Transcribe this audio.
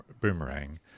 boomerang